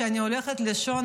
כשאני הולכת לישון,